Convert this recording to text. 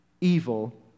evil